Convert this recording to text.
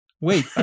Wait